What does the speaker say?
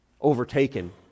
overtaken